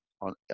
on